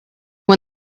when